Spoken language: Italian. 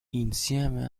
insieme